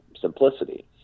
simplicity